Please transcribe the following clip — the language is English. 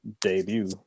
debut